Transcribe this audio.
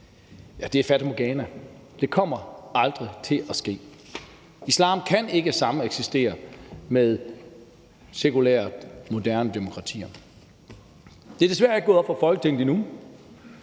er et fatamorgana, for det kommer aldrig til at ske. Islam kan ikke sameksistere med sekulære, moderne demokratier. Det er desværre ikke gået op for Folketinget endnu,